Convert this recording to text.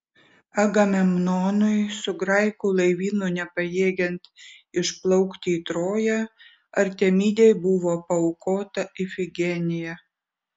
agamemnonui su graikų laivynu nepajėgiant išplaukti į troją artemidei buvo paaukota ifigenija